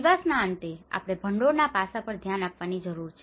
દિવસના અંતે આપણે ભંડોળના પાસા પર ધ્યાન આપવાની જરૂર છે